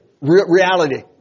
Reality